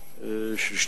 ולתמיד?